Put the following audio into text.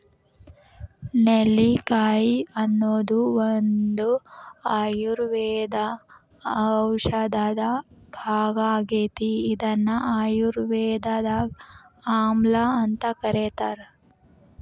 ನೆಲ್ಲಿಕಾಯಿ ಅನ್ನೋದು ಒಂದು ಆಯುರ್ವೇದ ಔಷಧದ ಭಾಗ ಆಗೇತಿ, ಇದನ್ನ ಆಯುರ್ವೇದದಾಗ ಆಮ್ಲಾಅಂತ ಕರೇತಾರ